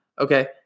Okay